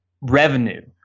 revenue